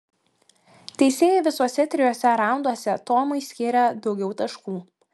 teisėjai visuose trijuose raunduose tomui skyrė daugiau taškų